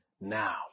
now